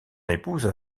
épouse